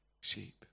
sheep